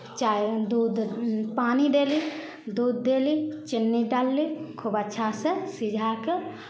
चाय दूध पानि देली दूध देली चीनी डालली खूब अच्छासँ सिझा कऽ